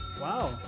Wow